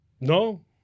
No